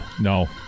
No